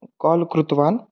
call कृतवान्